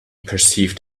perceived